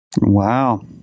Wow